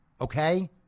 Okay